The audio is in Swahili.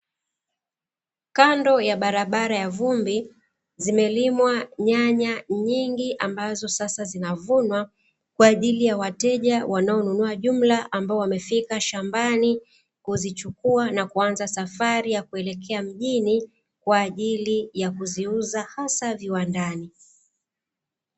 Kando ya barabara ya vumbi zimelimwa nyanya nyingi ambazo sasa zinavunwa, kwa ajili ya wateja wanaonunua jumla ambao wamefika shambani kuzichukua na kuanza safari ya kuelekea mjini kwa ajili ya kuziuza hasa viwandani.